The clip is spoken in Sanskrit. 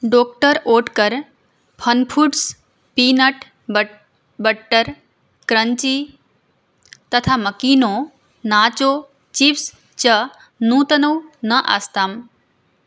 doctor Oetker fun foods peanut but butter crunchy तथा मकीनो नाचो चिप्स् च नूतनौ न आस्ताम्